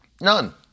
None